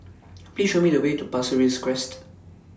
Please Show Me The Way to Pasir Ris Crest